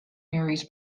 marys